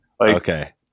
Okay